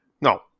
No